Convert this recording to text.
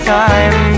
time